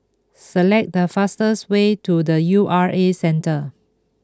select the fastest way to the U R A Centre